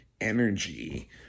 energy